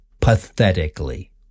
Pathetically